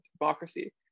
democracy